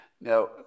Now